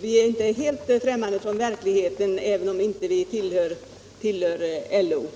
Vi är inte helt främmande för verkligheten, även om vi inte tillhör LO;